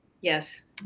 Yes